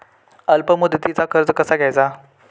अल्प मुदतीचा कर्ज कसा घ्यायचा?